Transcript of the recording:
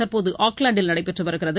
தற்போது ஆக்லாந்தில் நடைபெற்று வருகிறது